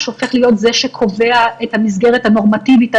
הופך להיות זה שקובע את המסגרת הנורמטיבית,